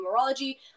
numerology